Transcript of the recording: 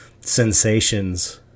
sensations